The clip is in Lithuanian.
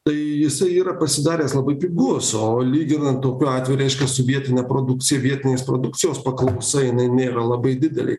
tai jisai yra pasidaręs labai pigus o lyginant tokiu atveju reiškia su vietine produkcija vietinės produkcijos paklausa jinai nėra labai didelė